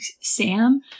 Sam